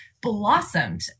blossomed